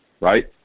right